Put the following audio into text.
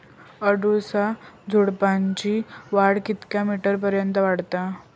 अडुळसा झुडूपाची वाढ कितक्या मीटर पर्यंत वाढता?